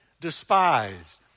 despised